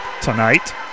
tonight